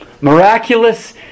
miraculous